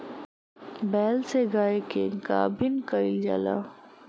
बैल से गाय के गाभिन कइल जाला